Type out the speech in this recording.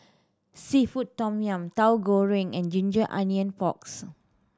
seafood tom yum Tahu Goreng and ginger onion porks